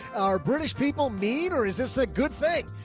are british people mean, or is this a good thing?